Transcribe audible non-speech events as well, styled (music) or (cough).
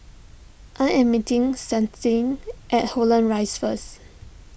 I am meeting (unintelligible) at Holland Rise first